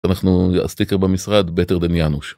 אנחנו סטיקר במשרד better than yanosh.